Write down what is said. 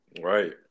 Right